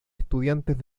estudiantes